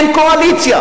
אין קואליציה.